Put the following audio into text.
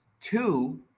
two